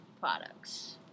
products